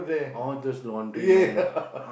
all those laundry man ah